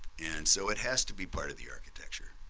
and so it has to be part of the architecture.